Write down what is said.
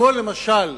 כמו למשל